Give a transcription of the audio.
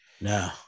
No